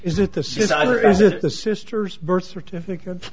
it the sister's birth certificate